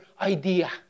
idea